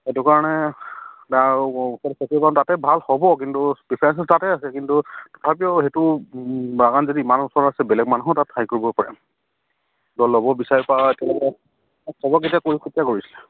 সেইটো কাৰণে তাতে ভাল হ'ব কিন্তু ডিফাৰেঞ্চটো তাতে আছে কিন্তু তথাপিও সেইটো বাগান যদি ইমান ওচৰত আছে বেলেগ মানুহো তাত হেৰি কৰিব পাৰে ল'ব